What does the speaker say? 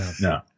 No